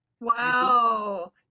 Wow